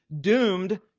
doomed